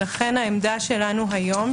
לכן עמדתנו היום,